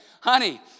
honey